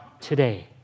today